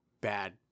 bad